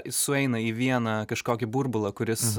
sueina į vieną kažkokį burbulą kuris